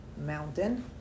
mountain